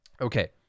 Okay